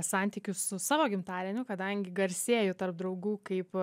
santykiu su savo gimtadieniu kadangi garsėju tarp draugų kaip